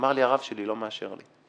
אמר לי, הרב שלי לא מאשר לי.